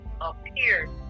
appeared